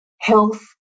health